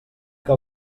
que